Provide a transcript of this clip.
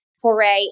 foray